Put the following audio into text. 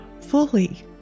fully